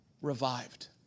revived